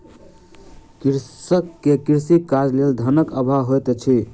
कृषक के कृषि कार्य के लेल धनक अभाव होइत अछि